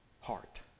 heart